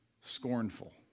scornful